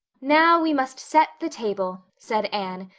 now, we must set the table, said anne,